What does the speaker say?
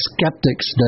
Skeptics